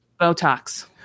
botox